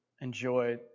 enjoy